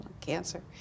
cancer